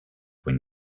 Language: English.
when